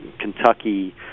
Kentucky